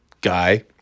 guy